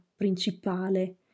principale